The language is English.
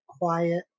quiet